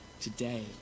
today